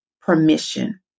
permission